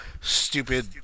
stupid